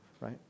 right